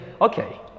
okay